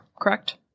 correct